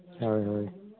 ᱦᱳᱭ ᱦᱳᱭ